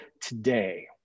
today